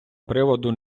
приводу